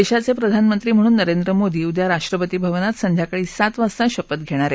देशाचे प्रधानमंत्री म्हणून नरेंद्र मोदी उद्या राष्ट्रपती भवनात संध्याकाळी सात वाजता शपथ घेणार आहेत